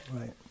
right